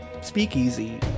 speakeasy